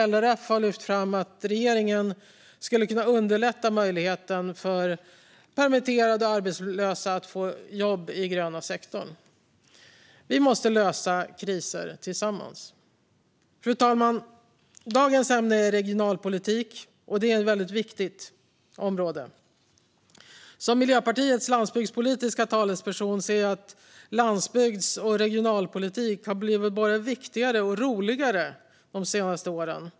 LRF har lyft fram att regeringen skulle kunna underlätta för permitterade och arbetslösa att få jobb i gröna sektorn. Vi måste lösa kriser tillsammans. Fru talman! Dagens ämne är regionalpolitik, och det är ett väldigt viktigt område. Som Miljöpartiets landsbygdspolitiska talesperson ser jag att landsbygds och regionalpolitik har blivit både viktigare och roligare de senaste åren.